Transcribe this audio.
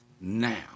now